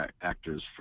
actors